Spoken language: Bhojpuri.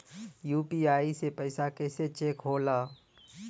यू.पी.आई से पैसा कैसे चेक होला?